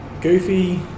Goofy